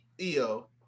Eo